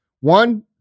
One